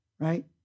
right